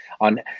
on